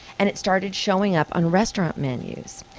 and it started showing up on restaurant menus.